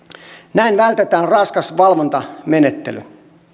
näin vältetään raskas valvontamenettely